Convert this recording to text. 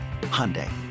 Hyundai